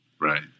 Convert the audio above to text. Right